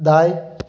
दाएँ